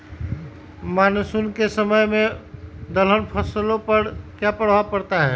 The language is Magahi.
मानसून के समय में दलहन फसलो पर क्या प्रभाव पड़ता हैँ?